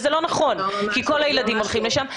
דבר שהוא לא נכון כי כל הילדים הולכים לשם.